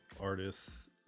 artists